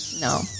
no